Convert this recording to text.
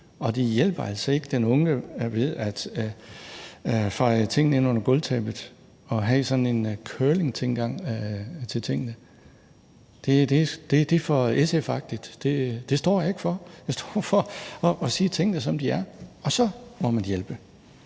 det hjælper altså ikke den unge at feje tingene ind under gulvtæppet og have sådan en curlingtilgang til tingene. Det er for SF-agtigt, og det står jeg ikke for. Jeg står for at sige tingene, som de er, og derefter må man så hjælpe.